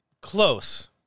close